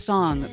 Song